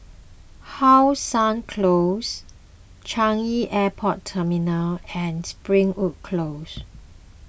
How Sun Close Changi Airport Terminal and Springwood Close